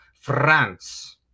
France